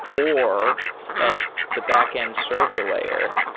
or at the backend server layer,